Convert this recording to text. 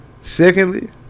Secondly